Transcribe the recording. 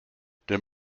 der